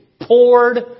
poured